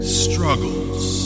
struggles